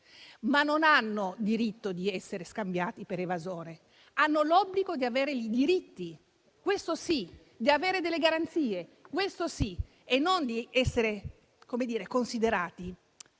ma non hanno diritto di essere scambiate per evasori. Hanno l'obbligo di avere diritti - questo sì -, di avere delle garanzie - questo sì - e non di essere considerate